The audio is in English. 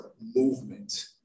movement